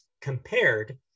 compared